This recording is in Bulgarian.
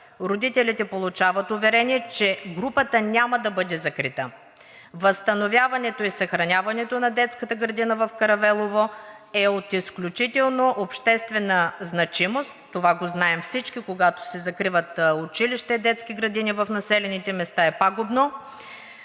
Родителите получават уверение, че групата няма да бъде закрита. Възстановяването и съхраняването на детската градина в Каравелово е от изключителна обществена значимост, това го знаем всички – когато се закриват училища и детски градини в населените места, е пагубно,